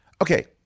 Okay